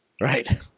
Right